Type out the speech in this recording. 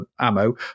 ammo